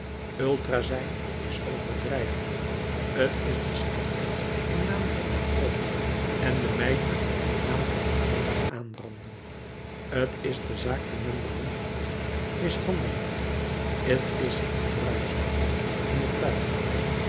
ultra zijn is overdrijven t is den schepter in naam van den troon en den mijter in naam van het altaar aanranden t is de zaak die men behandelt mishandelen t is achteruit schoppen in het tuig